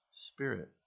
Spirit